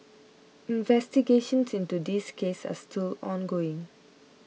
investigations into this case are still ongoing